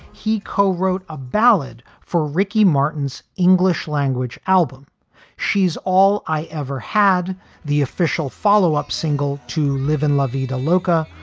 he co-wrote a ballad for ricky martin's english language album she's all i ever had the official follow up single to live in la vida loca,